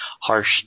Harsh